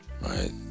Right